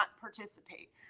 participate